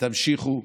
תמשיכו,